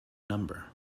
number